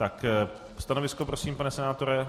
Tak stanovisko prosím, pane senátore.